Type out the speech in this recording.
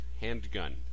handgun